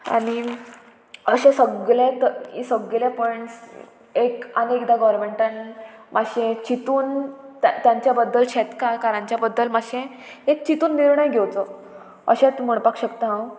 आनी अशें सगळे सगळे पॉयंट्स एक आनी एकदां गोवोरमेंटान मातशें चिंतून तांच्या बद्दल शेतकार कारांच्या बद्दल मातशें एक चिंतून निर्णय घेवचो अशें म्हणपाक शकता हांव